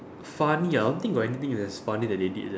funny ah I don't think got anything that's funny that they did leh